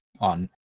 on